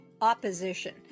opposition